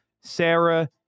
Sarah